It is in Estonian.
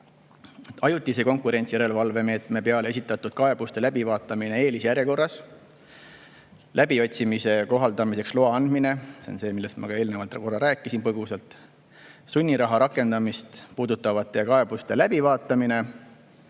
ajutise konkurentsijärelevalvemeetme peale esitatud kaebuste läbivaatamine eelisjärjekorras, läbiotsimise kohaldamiseks loa andmine – see on see, millest ma eelnevalt põgusalt rääkisin –, sunniraha rakendamist puudutavate kaebuste läbivaatamine,